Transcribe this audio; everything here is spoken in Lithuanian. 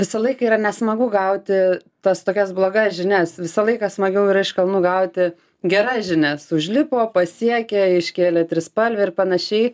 visą laiką yra nesmagu gauti tas tokias blogas žinias visą laiką smagiau yra iš kalnų gauti geras žinias užlipo pasiekė iškėlė trispalvę ir panašiai